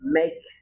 make